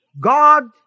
God